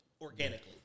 organically